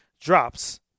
drops